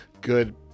good